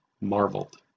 marveled